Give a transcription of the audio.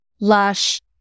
lush